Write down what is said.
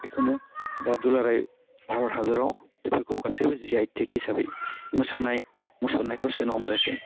बेखौनो दा दुलाराइ भारत हादराव बेफोरखौ गासैबो जिआइथेख हिसाबै मोसानाय मुसुरनायखौ सोनो हमदोंसे